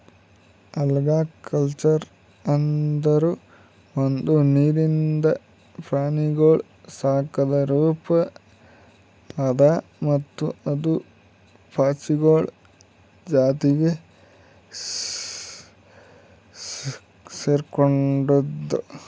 algaculture ಅಂದುರ್ ಒಂದು ನೀರಿಂದ ಪ್ರಾಣಿಗೊಳ್ ಸಾಕದ್ ರೂಪ ಅದಾ ಮತ್ತ ಅದು ಪಾಚಿಗೊಳ್ ಜಾತಿಗ್ ಸೆರ್ಕೊಂಡುದ್